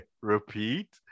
repeat